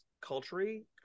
culturally